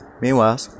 meanwhile